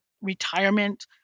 retirement